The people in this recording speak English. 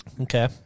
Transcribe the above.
Okay